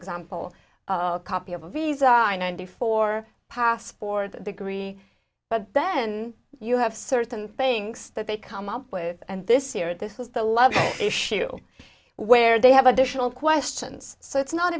example a copy of a visa i ninety four passport degree but then you have certain things that they come up with and this year and this is the love issue where they have additional questions so it's not